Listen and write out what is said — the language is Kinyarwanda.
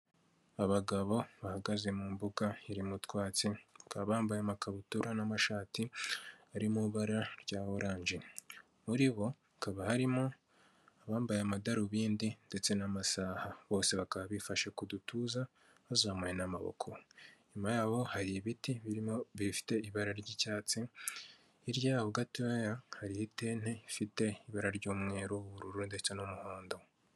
Abagabo bahagaze mu mbuga iri mu twatsi, bakaba bambaye amakabutura n'amashati ari mu ibara rya orange. Muri bo, hakaba harimo abambaye amadarubindi, ndetse n'amasaha. Bose bakaba bifashe ku dutuza, bazamuye n'amaboko. Inyuma yaho hari ibiti birimo bifite ibara ry'icyatsi, hirya yaho gatoya, hariho itente ifite ibara ry'umweru, ubururu ndetse n'umuhondo.